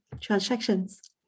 transactions